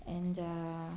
and err